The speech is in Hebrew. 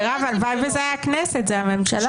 הלוואי וזאת הייתה הכנסת אבל זאת הממשלה.